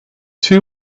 two